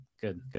Good